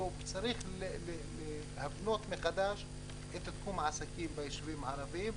צריך להבנות מחדש את העסקים ביישובים הערביים.